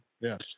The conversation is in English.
Yes